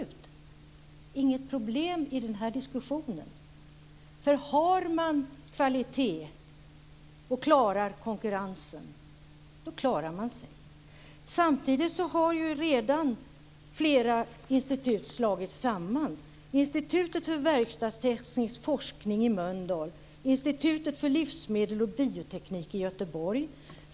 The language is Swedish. Det är inget problem i den här diskussionen, därför att om man har kvalitet och klarar konkurrensen, då klarar man sig. Samtidigt har redan flera institut slagits samman.